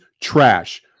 trash